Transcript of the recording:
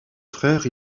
frère